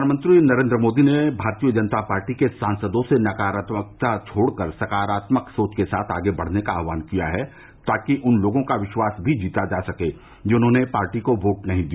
प्रधानमंत्री नरेद्र मोदी ने भारतीय जनता पार्टी के सांसदों से नकारात्मकता छोड़कर सकारात्मक सोच के साथ आगे बढ़ने का आह्वान किया है ताकि उन लोगों का विश्वास भी जीता जा सके जिन्होंने पार्टी को बोट नहीं दिया